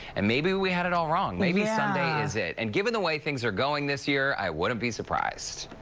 and maybe we had it all wrong. maybe sunday is it. and given the way things are going this year, i wouldn't be surprised.